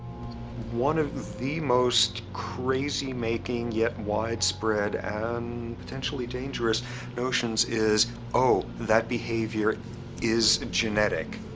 one of the most crazy making yet widespread. and potentially dangerous notions is oh, that behavior is genetic.